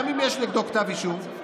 גם אם יש נגדו כתב אישום,